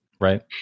Right